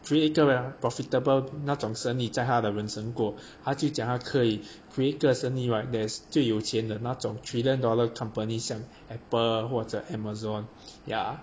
create 一个 wer~ profitable 那种生意在他的人生过他就讲他可以 create 一个生意 right there's 最有钱的那种 trillion dollar company 像 apple 或者 amazon yeah